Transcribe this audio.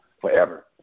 forever